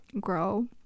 grow